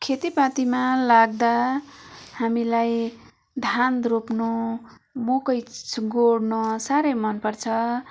खेतीपातीमा लाग्दा हामीलाई धान रोप्नु मकै गोड्नु साह्रै मन पर्छ